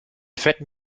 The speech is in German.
fetten